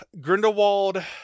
grindelwald